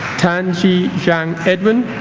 tan zhi xiang edwin